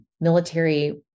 military